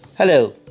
Hello